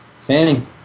Fanning